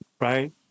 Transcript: right